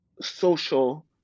social